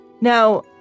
Now